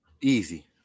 Easy